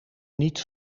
niet